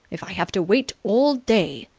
if have to wait all day!